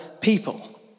people